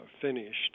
finished